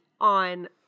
on